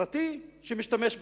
פרטי שמשתמש בהם,